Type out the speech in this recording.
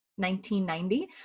1990